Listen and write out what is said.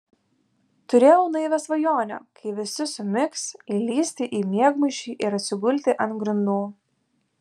turėjau naivią svajonę kai visi sumigs įlįsti į miegmaišį ir atsigulti ant grindų